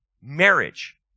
Marriage